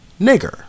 nigger